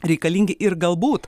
reikalingi ir galbūt